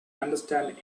understand